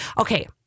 Okay